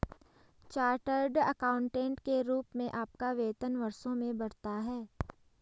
chartered accountant के रूप में आपका वेतन वर्षों में बढ़ता है